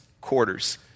quarters